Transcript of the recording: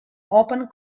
open